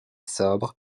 sobre